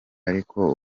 ariko